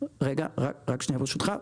רק שנייה, ברשותך.